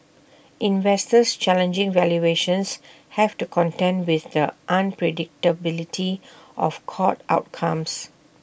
investors challenging valuations have to contend with the unpredictability of court outcomes